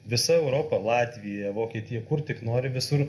visa europa latvija vokietija kur tik nori visur